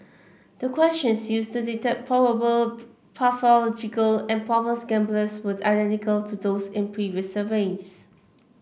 the questions used to detect probable pathological and problem gamblers were identical to those in previous surveys